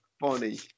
funny